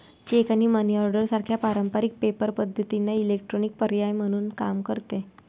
check आणि money order सारख्या पारंपारिक पेपर पद्धतींना इलेक्ट्रॉनिक पर्याय म्हणून काम करते